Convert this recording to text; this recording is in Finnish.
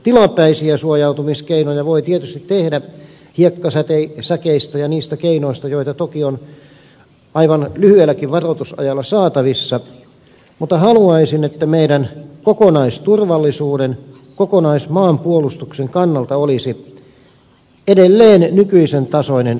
tilapäisiä suojautumiskeinoja voi tietysti tehdä hiekkasäkeistä ja niistä keinoista joita toki on aivan lyhyelläkin varoitusajalla saatavissa mutta haluaisin että meidän kokonaisturvallisuuden kokonaismaanpuolustuksen kannalta olisi edelleen nykyisen tasoinen väestönsuoja